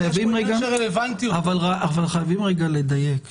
חייבים לדייק.